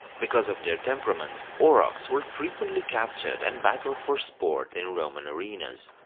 because of their temperament, aurochs were frequently captured and battled for sport in roman arenas.